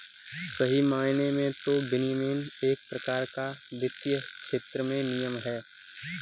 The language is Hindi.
सही मायने में तो विनियमन एक प्रकार का वित्तीय क्षेत्र में नियम है